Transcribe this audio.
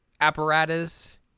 apparatus